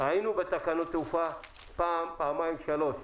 היינו בתקנות תעופה פעם, פעמיים, שלוש.